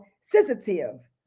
sensitive